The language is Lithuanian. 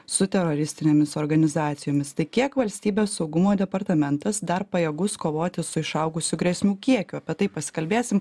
su teroristinėmis organizacijomis tai kiek valstybės saugumo departamentas dar pajėgus kovoti su išaugusiu grėsmių kiekiu apie tai pasikalbėsim